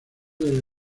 del